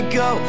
go